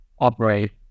operate